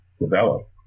develop